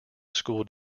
school